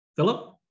Philip